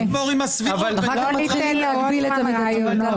אולי נגמור עם הסבירות --- לא ניתן להגביל את המידתיות.